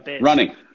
running